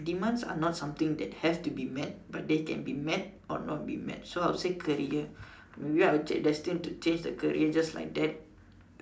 demands are not something that has to be met but they can be met or not be met so I would say career maybe I would check destined to change the career just like that